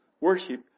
Worship